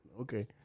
Okay